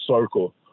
circle